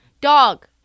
Dog